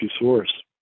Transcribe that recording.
source